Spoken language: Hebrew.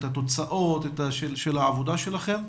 את התוצאות של העבודה שלכם?